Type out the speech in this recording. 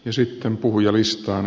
ja sitten puhujalistaan